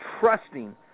trusting